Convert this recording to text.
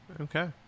Okay